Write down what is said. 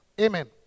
Amen